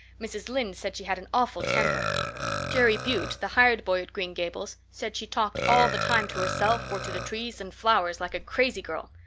mrs. lynde said she had an awful temper jerry buote, the hired boy at green gables, said she talked all the time to herself or to the trees and flowers like a crazy girl.